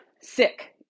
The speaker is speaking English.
sick